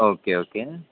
okay okay